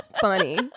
funny